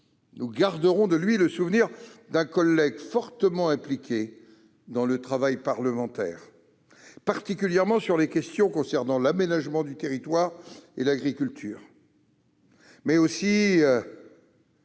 Nous garderons de lui le souvenir d'un collègue fortement impliqué dans le travail parlementaire, particulièrement sur les questions concernant l'aménagement du territoire et l'agriculture, mais aussi